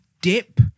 dip